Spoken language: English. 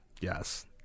yes